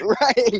right